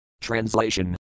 Translation